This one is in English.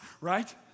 right